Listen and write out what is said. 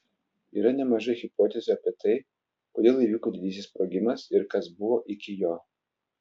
yra nemažai hipotezių apie tai kodėl įvyko didysis sprogimas ir kas buvo iki jo